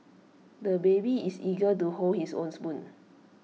the baby is eager to hold his own spoon